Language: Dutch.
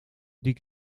die